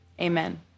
Amen